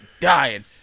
dying